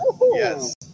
Yes